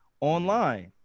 online